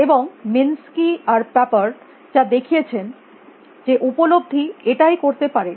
এবং মিনসকি আর প্যাপারড যা দেখিয়েছেন যে উপলব্ধি এটাই করতে পারে